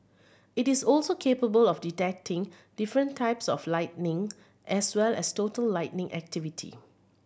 it is also capable of detecting different types of lightning as well as total lightning activity